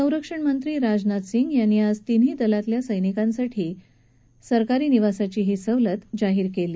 सरंक्षणमंत्री राजनाथ सिंह यांनी आज तीनही दलांतल्या सैनिकांसाठी सरकारी निवासाची ही सवलत जाहीर केली